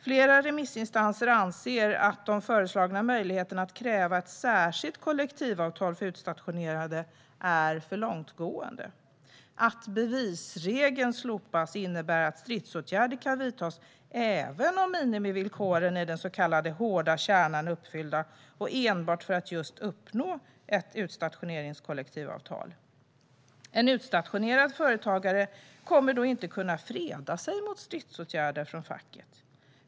Flera remissinstanser anser att de föreslagna möjligheterna att kräva ett särskilt kollektivavtal för utstationerade är för långtgående. Att bevisregeln slopas innebär att stridsåtgärder kan vidtas även om minimivillkoren i den så kallade hårda kärnan är uppfyllda och enbart för att just uppnå ett utstationeringskollektivavtal. En utstationerad företagare kommer då inte att kunna freda sig mot stridsåtgärder från facket.